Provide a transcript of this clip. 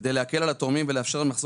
כדי להקל על התורמים ולאפשר להם לחזור